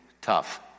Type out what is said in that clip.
Tough